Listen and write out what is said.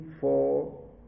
four